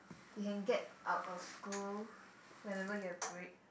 you can get out of school whenever you have break